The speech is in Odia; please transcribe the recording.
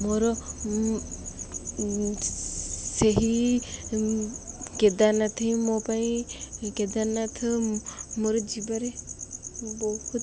ମୋର ସେହି କେଦାରନାଥ ହିଁ ମୋ ପାଇଁ କେଦାରନାଥ ମୋର ଯିବାରେ ବହୁତ